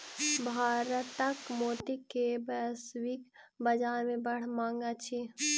भारतक मोती के वैश्विक बाजार में बड़ मांग अछि